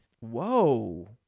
Whoa